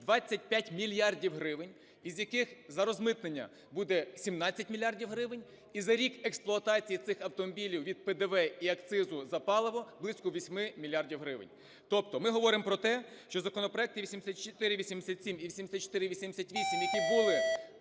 25 мільярдів гривень, з яких за розмитнення буде 17 мільярдів гривень і за рік експлуатації цих автомобілів від ПДВ і акцизу за паливо близько 8 мільярдів гривень. Тобто ми говоримо про те, що законопроекти 8487 і 8488, які були